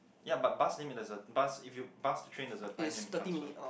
ya but bus then there's a bus if you bus train there's a time limit transfer